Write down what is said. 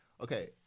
Okay